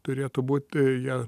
turėtų būti ją